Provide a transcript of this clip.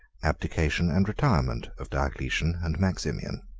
abdication and retirement of diocletian and maximian.